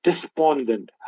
Despondent